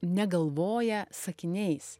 negalvoja sakiniais